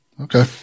Okay